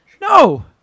No